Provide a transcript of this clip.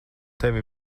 tevi